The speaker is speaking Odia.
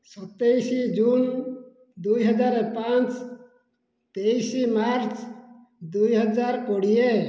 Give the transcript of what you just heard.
ସତେଇଶ ଜୁନ ଦୁଇ ହଜାର ପାଞ୍ଚ ତେଇଶ ମାର୍ଚ୍ଚ ଦୁଇ ହଜାର କୋଡ଼ିଏ